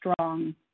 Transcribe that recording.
strong